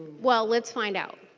well let's find out.